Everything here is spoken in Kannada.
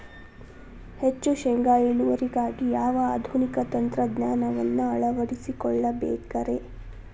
ಹೆಚ್ಚು ಶೇಂಗಾ ಇಳುವರಿಗಾಗಿ ಯಾವ ಆಧುನಿಕ ತಂತ್ರಜ್ಞಾನವನ್ನ ಅಳವಡಿಸಿಕೊಳ್ಳಬೇಕರೇ?